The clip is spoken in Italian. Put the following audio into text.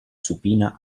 supina